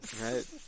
Right